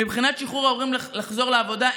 מבחינת שחרור ההורים לחזור לעבודה,